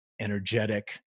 energetic